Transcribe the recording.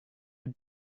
had